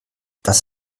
das